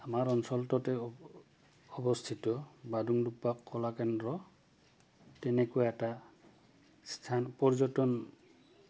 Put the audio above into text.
আমাৰ অঞ্চলটোতে অৱস্থিত বাদুংডুপ্পা কলা কেন্দ্ৰ তেনেকুৱা এটা স্থান পৰ্যটন